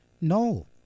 No